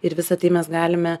ir visa tai mes galime